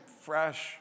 fresh